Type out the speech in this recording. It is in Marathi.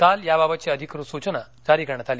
काल याबाबतची अधिकृत सूचना जारी करण्यात आली